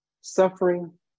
suffering